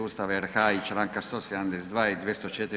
Ustava RH i Članka 172. i 204.